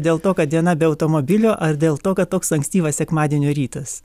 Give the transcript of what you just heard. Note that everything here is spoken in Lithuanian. dėl to kad diena be automobilio ar dėl to kad toks ankstyvas sekmadienio rytas